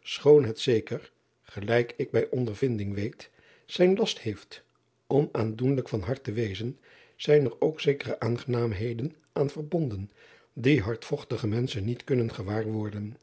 choon het zeker gelijk ik bij ondervinding weet zijn last heeft om aandoenlijk van hart te wezen zijn er ook zekere aangenaamheden aan verbonden die hardvochtige menschen niet kunnen